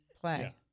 play